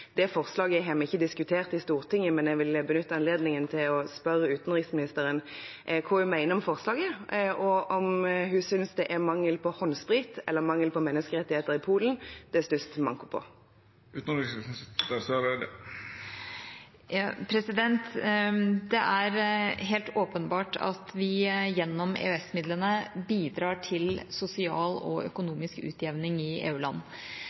Det forslaget har vi ikke diskutert i Stortinget, men jeg vil benytte anledningen til å spørre utenriksministeren hva hun mener om forslaget, og om hun synes det er håndsprit eller menneskerettigheter i Polen det er størst manko på. Det er helt åpenbart at vi gjennom EØS-midlene bidrar til sosial og økonomisk utjevning i